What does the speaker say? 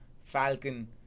Falcon